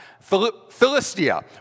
Philistia